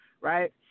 right